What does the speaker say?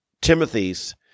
Timothy's